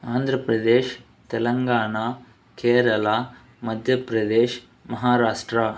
Andhra Pradesh Telangana Kerala Madhya Pradesh Maharashtra